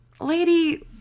lady